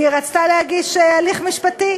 היא רצתה להגיש הליך משפטי